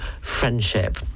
friendship